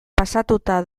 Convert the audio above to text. pasatuta